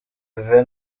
herve